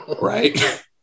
Right